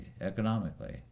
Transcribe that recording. economically